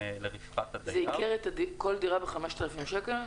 לרווחת הדייר -- זה ייקר כל דירה ב-5,000 שקל?